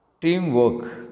Teamwork